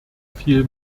viel